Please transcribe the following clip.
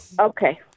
Okay